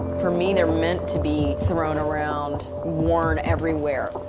for me they're meant to be thrown around, worn everywhere.